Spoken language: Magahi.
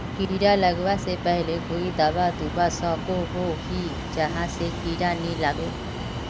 कीड़ा लगवा से पहले कोई दाबा दुबा सकोहो ही जहा से कीड़ा नी लागे?